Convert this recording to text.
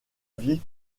vie